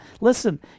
Listen